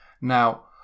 Now